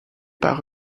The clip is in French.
par